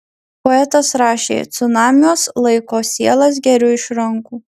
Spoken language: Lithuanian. poetas rašė cunamiuos laiko sielas geriu iš rankų